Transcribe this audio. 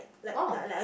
oh